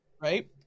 Right